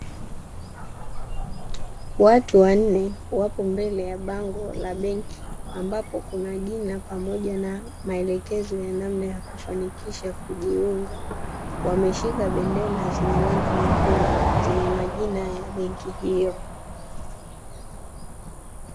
Watu wanne wapo mbele ya bango la benki, ambapo kuna jina pamoja na maelekezo ya namna ya kufanikisha kujiunga. Wameshika bendera zenye rangi nyekundu zenye majina ya benki hiyo.